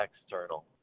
external